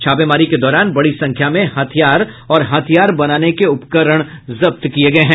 छापेमारी के दौरान बड़ी संख्या में हथियार और हथियार बनाने के उपकरण जब्त किये गये हैं